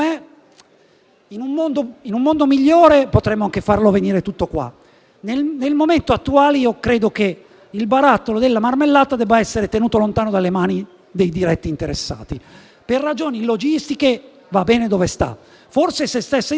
in un mondo migliore potremmo anche far venire l'oro tutto qua; nel momento attuale credo che il "barattolo della marmellata" debba essere tenuto lontano dalle mani dei diretti interessati. Per ragioni logistiche va bene dove sta; forse se stesse in Svizzera